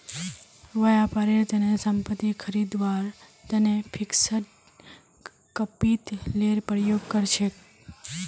व्यापारेर तने संपत्ति खरीदवार तने फिक्स्ड कैपितलेर प्रयोग कर छेक